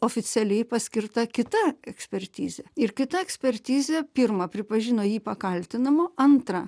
oficialiai paskirta kita ekspertizė ir kita ekspertizė pirma pripažino jį pakaltinamu antra